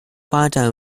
发展